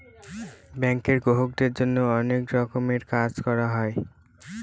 ব্যাঙ্কে গ্রাহকদের জন্য অনেক রকমের কাজ করা হয়